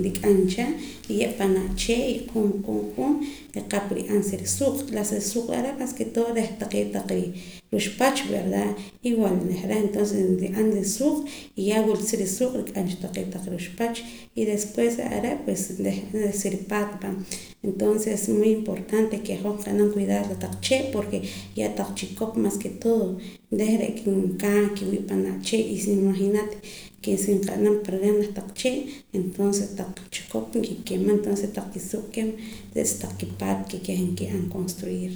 nrik'am cha nkiye' panaa' chee' y q'uun q'uun q'uun nriqap nri'an sa risuuq' la sa risuuq' are' mas ke todo reh taqee' reh ruxpach verda igual reh reh entonces nri'an risuuq' y ya wula cha sa risuuq' nrijk'am cha taqee' taq ruxpach y despues reh are' pues reh sa ripaat va entonces muy importante ke hoj nqab'anam cuidar la kotaq chee' porke keh kotaq chikop maas ke todo reh re'ka nkaa kiwii' panaa' chee' y si imaginate si qe'nam perder kotaq chee' entonces taq chikop nkikima y entonces taq risuuuq' re' taq kipaat ke keh nkib'an construir